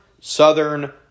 Southern